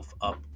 up